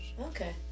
Okay